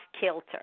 kilter